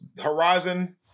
Horizon